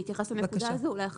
אני אתייחס לנקודה הזאת.